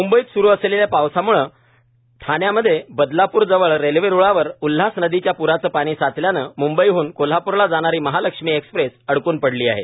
मुंबईत सुरू असलेल्या पावसामुळं ठाण्यामध्ये बदलाप्रजवळ रेल्वेरूळावर उल्हास नदीच्या प्राचं पाणी साचल्यानं म्ंबईहन कोल्हापूरला जाणारी महालक्ष्मी एक्सप्रेस अडकून पडली होती